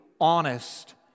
honest